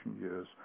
years